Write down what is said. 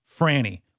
Franny